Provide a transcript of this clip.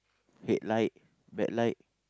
headlight backlight